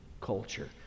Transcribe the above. culture